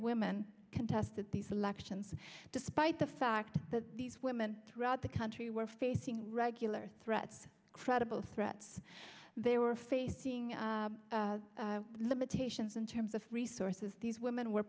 women contested these elections despite the fact that these women throughout the country were facing regular threats credible threats they were facing limitations in terms of resources these women were